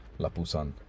Lapusan